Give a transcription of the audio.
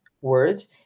words